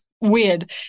weird